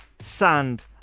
sand